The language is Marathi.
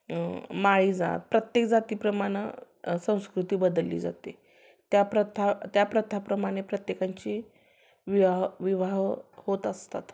माळी जात प्रत्येक जातीप्रमाणं संस्कृती बदलली जाते त्या प्रथा त्या प्रथाप्रमाणे प्रत्येकांची विवाह विवाह होत असतात